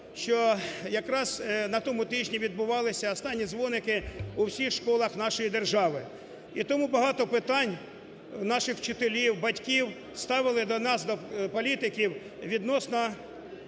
що якраз на тому тижні відбувалися останні дзвоники у всіх школах нашої держави. І тому багато питань наші вчителі, батьки ставили до нас, до політиків, відносно